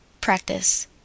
Practice